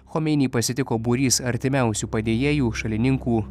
chomeinį pasitiko būrys artimiausių padėjėjų šalininkų